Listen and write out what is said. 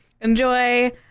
Enjoy